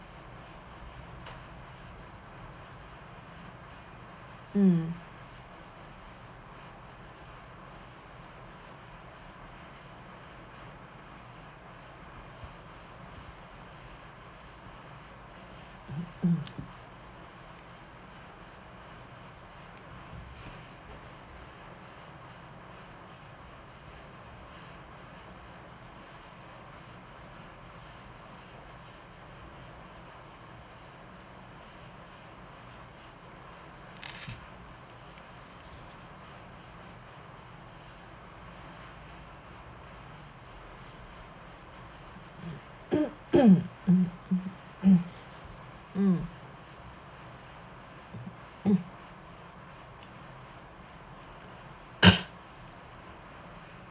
mm mm